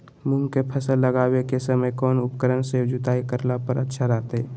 मूंग के फसल लगावे के समय कौन उपकरण से जुताई करला पर अच्छा रहतय?